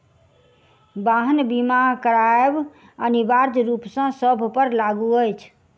वाहन बीमा करायब अनिवार्य रूप सॅ सभ पर लागू अछि